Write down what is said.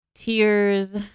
Tears